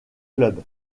clube